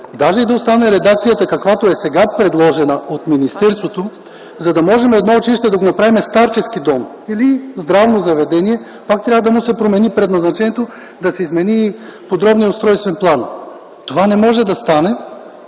даже да остане редакцията, каквато сега е предложена от министерството, за да можем училище да го направим старчески дом или здравно заведение, пак трябва да се промени предназначението му, да се измени и подробният устройствен план. Това не може да стане,